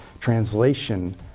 translation